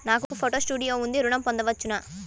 నాకు photo studio ఉంది ఋణం పొంద వచ్చునా?